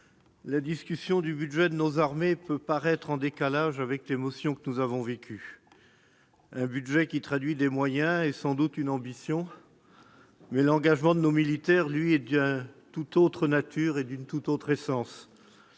la discussion du budget de nos armées peut paraître en décalage avec l'émotion que nous avons vécue. Ce budget traduit des moyens et sans doute une ambition, mais l'engagement de nos militaires, lui, est d'une tout autre nature et d'une tout autre essence